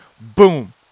boom